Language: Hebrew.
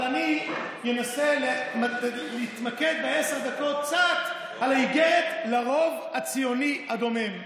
אבל אני אנסה להתמקד בעשר דקות קצת באיגרת לרוב הציוני הדומם.